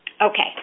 Okay